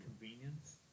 convenience